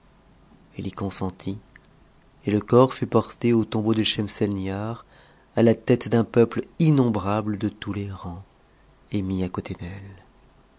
eue y consentit et corps fut porté au tombeau de schcmsctnihar a la toc d'un peuple innombrable de tous les rangs et mis à côté d'ct